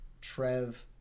Trev